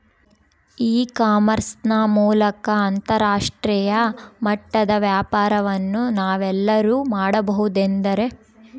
E commerce ನ ಮೂಲಕ ಅಂತರಾಷ್ಟ್ರೇಯ ಮಟ್ಟದ ವ್ಯಾಪಾರವನ್ನು ನಾವೆಲ್ಲರೂ ಮಾಡುವುದೆಂದರೆ?